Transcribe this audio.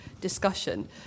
discussion